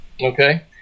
Okay